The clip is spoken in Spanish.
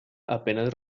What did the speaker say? apenas